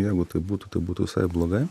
jeigu taip būtų tai būtų visai blogai